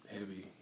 Heavy